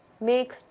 make